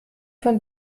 von